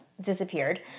disappeared